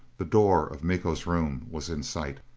the door of miko's room was in sight.